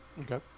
Okay